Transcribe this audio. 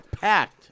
Packed